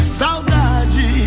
saudade